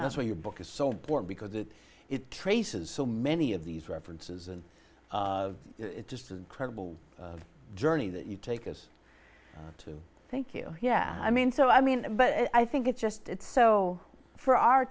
that's what your book is so important because it it traces so many of these references and it's just an incredible journey that you take us to thank you yeah i mean so i mean but i think it's just it's so for our